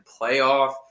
playoff